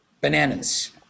Bananas